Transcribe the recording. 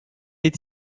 est